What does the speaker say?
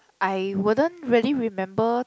I wouldn't really remember